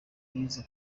bize